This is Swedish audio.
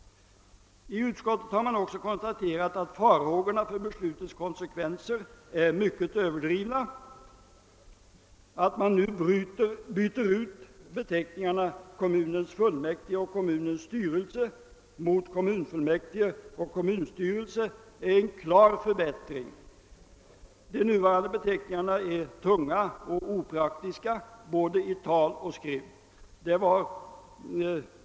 I utskottet har man också konstaterat att farhågorna för beslutets konsekvenser är mycket överdrivna. Att man nu byter ut beteckningarna »kommunens fullmäktige» och »komunens styrelse» mot »kommunfullmäktige» och »kommunstyrelse» är en klar förbättring. De nuvarande beteckningarna är tunga och opraktiska i både tal och skrift.